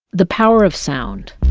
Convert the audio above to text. the power of sound